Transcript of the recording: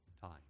time